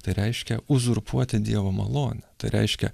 tai reiškia uzurpuoti dievo malonę tai reiškia